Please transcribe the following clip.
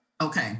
Okay